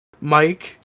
Mike